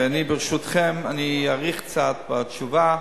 ברשותכם, אני אאריך קצת בתשובה,